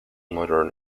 modern